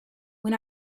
when